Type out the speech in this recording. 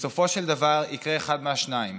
ובסופו של דבר יקרה אחד מהשניים: